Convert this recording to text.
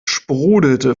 sprudelte